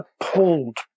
appalled